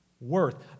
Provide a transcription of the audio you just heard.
worth